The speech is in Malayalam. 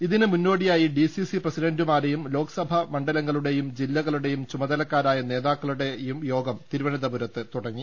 ഇതിന് മുന്നോടിയായി ഡിസിസി പ്രസിഡന്റുമാരുടേയും ലോക്സഭാ മണ്ഡലങ്ങളുടേയും ജില്ലകളുടേയും ചുമതലക്കാരായ നേതാക്കളുടെ യോഗം തിരുവനന്തപുരത്ത് തുടങ്ങി